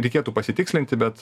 reikėtų pasitikslinti bet